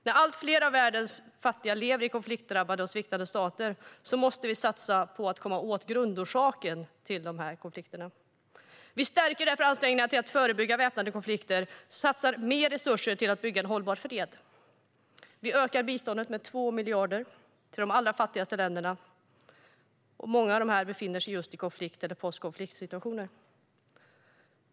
När allt fler av världens fattiga lever i konfliktdrabbade och sviktande stater måste vi satsa på att komma åt grundorsakerna till dessa konflikter. Vi ökar därför ansträngningarna för att förebygga väpnade konflikter och satsar mer resurser på att bygga hållbar fred. Vi ökar biståndet med 2 miljarder till de allra fattigaste länderna, varav många befinner sig i konflikt eller postkonfliktsituationer.